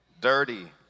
dirty